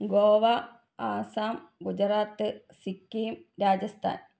Goa Assam Gujarat Sikkim Rajasthan